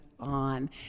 on